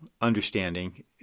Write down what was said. understanding